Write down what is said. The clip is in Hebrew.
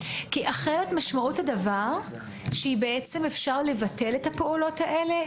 משמעות הדבר היא שאפשר לבטל את הפעולות האלה,